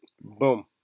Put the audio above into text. Boom